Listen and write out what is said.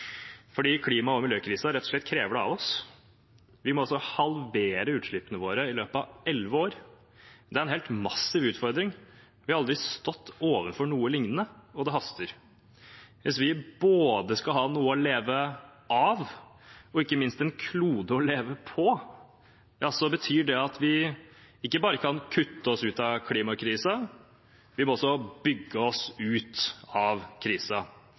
og slett fordi klima- og miljøkrisen krever det av oss. Vi må altså halvere utslippene våre i løpet av elleve år. Det er en helt massiv utfordring. Vi har aldri stått overfor noe lignende, og det haster. Hvis vi skal ha både noe å leve av og ikke minst en klode å leve på, betyr det at vi ikke bare kan kutte oss ut av klimakrisen; vi må også bygge oss ut av